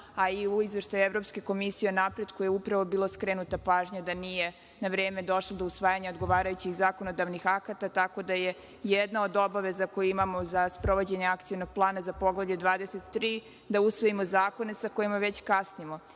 a i u Izveštaju Evropske komisije o napretku je upravo bila skrenuta pažnja da nije na vreme došlo do usvajanja odgovarajućih zakonodavnih akata, tako da je jedna od obaveza koju imamo za sprovođenje Akcionog plana za Poglavlje 23 da usvojimo zakone sa kojima već kasnimo.